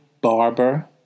barber